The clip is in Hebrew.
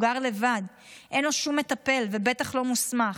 הוא גר לבד, אין לו שום מטפל, ובטח לא מוסמך.